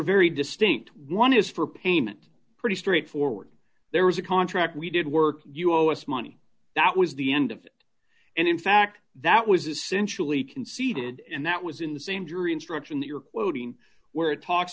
very distinct one is for payment pretty straightforward there was a contract we did work you owe us money that was the end of it and in fact that was essentially conceded and that was in the same jury instruction that you're quoting where it talks